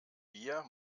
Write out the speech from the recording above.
wir